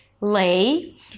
lay